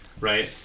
right